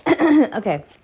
Okay